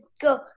go